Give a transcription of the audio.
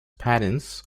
patents